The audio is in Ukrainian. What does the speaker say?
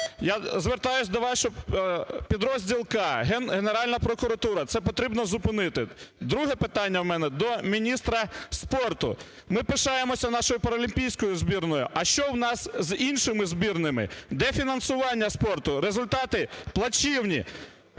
Я звертаюсь до вас, підрозділ "К", Генеральна прокуратура, це потрібно зупинити. Друге питання у мене до міністра спорту. Ми пишаємося нашою паралімпійською збірною. А що у нас з іншими збірними, де фінансування спорту? Результати плачевні.